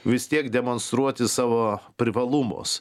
vis tiek demonstruoti savo privalumus